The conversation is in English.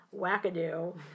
wackadoo